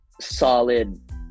solid